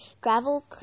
Gravel